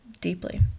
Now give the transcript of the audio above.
deeply